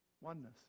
oneness